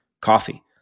coffee